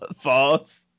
false